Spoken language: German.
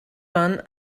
man